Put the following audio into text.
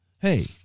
hey